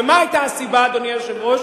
ומה היתה הסיבה, אדוני היושב-ראש?